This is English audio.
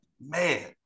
man